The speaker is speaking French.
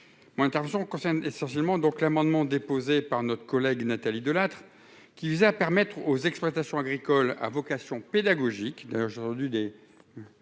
moins Tarzan concerne essentiellement donc l'amendement déposé par notre collègue Nathalie Delattre qui à permettre aux exploitations agricoles à vocation pédagogique, d'ailleurs j'ai entendu des